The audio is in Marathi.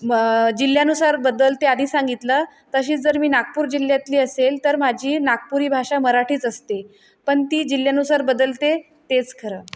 म जिल्ह्यानुसार बदलते आधी सांगितलं तशीच जर मी नागपूर जिल्ह्यातली असेल तर माझी नागपुरी भाषा मराठीच असते पण ती जिल्ह्यानुसार बदलते तेच खरं